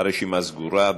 הרשימה סגורה.